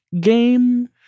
game